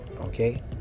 Okay